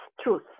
truth